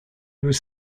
was